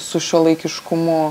su šiuolaikiškumu